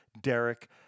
Derek